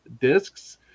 discs